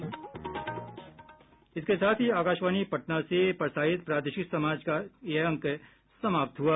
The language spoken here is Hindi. इसके साथ ही आकाशवाणी पटना से प्रसारित प्रादेशिक समाचार का ये अंक समाप्त हुआ